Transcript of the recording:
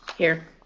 here.